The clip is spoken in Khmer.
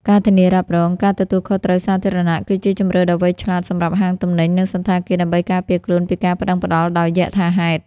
ការធានារ៉ាប់រងការទទួលខុសត្រូវសាធារណៈ គឺជាជម្រើសដ៏វៃឆ្លាតសម្រាប់ហាងទំនិញ និងសណ្ឋាគារ ដើម្បីការពារខ្លួនពីការប្ដឹងផ្ដល់ដោយយថាហេតុ។